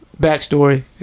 Backstory